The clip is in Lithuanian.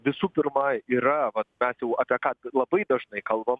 visų pirma yra vat bent jau apie ką labai dažnai kalbam